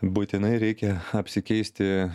būtinai reikia apsikeisti